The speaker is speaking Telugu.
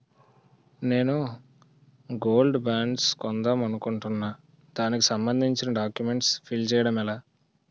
నేను గోల్డ్ బాండ్స్ కొందాం అనుకుంటున్నా దానికి సంబందించిన డాక్యుమెంట్స్ ఫిల్ చేయడం ఎలా?